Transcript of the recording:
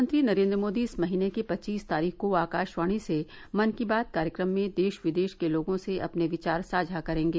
प्रधानमंत्री नरेन्द्र मोदी इस महीने की पच्चीस तारीख को आकाशवाणी से मन की बात कार्यक्रम में देश विदेश के लोगों से अपने विचार साझा करेंगे